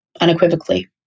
unequivocally